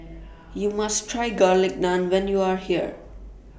YOU must Try Garlic Naan when YOU Are here